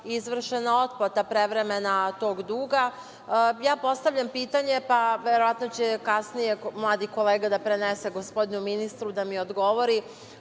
izvršena uplata prevremena tog duga, postavljam pitanje, pa verovatno će kasnije mladi kolega da prenese gospodinu ministru da mi odgovori